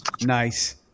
nice